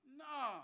no